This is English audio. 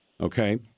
Okay